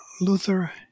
Luther